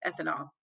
ethanol